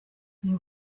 you